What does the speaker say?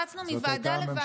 רצנו מוועדה לוועדה,